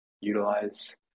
utilize